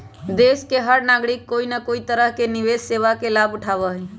देश के हर नागरिक कोई न कोई तरह से निवेश सेवा के लाभ उठावा हई